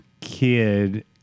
kid